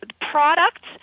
products